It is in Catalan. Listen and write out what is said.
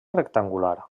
rectangular